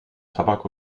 tabak